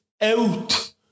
out